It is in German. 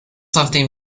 nachdem